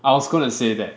I was going to say that